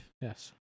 Yes